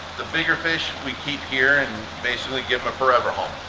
the bigger fish we keep here and basically give them a forever home.